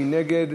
מי נגד?